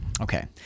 Okay